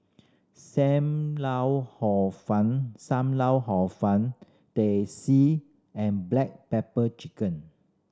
lau Hor Fun Sam Lau Hor Fun Teh C and black pepper chicken